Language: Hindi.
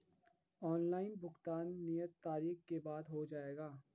ऑनलाइन भुगतान नियत तारीख के बाद हो जाएगा?